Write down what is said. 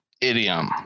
idiom